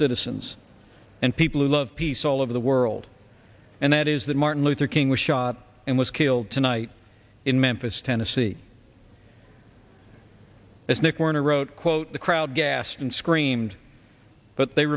citizens and people who love peace all over the world and that is that martin luther king was shot and was killed tonight in memphis tennessee as nick warner wrote quote the crowd gassed and screamed but they